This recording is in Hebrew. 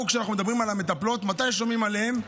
כשאנחנו מדברים על המטפלות, מתי שומעים עליהן?